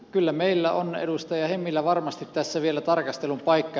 kyllä meillä on edustaja hemmilä varmasti tässä vielä tarkastelun paikka